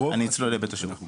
רוב התלונות שאנחנו קיבלנו,